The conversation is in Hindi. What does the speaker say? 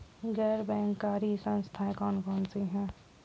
गैर बैंककारी संस्थाएँ कौन कौन सी हैं?